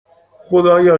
خدایا